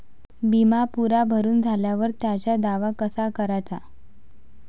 बिमा पुरा भरून झाल्यावर त्याचा दावा कसा कराचा?